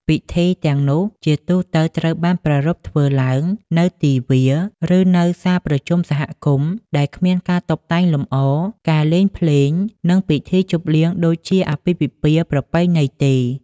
ពិធីទាំងនោះជាទូទៅត្រូវបានប្រារព្ធធ្វើឡើងនៅទីវាល ឬនៅសាលប្រជុំសហគមន៍ដែលគ្មានការតុបតែងលម្អ ការលេងភ្លេង និងពិធីជប់លៀងដូចជាអាពាហ៍ពិពាហ៍ប្រពៃណីទេ។